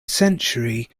century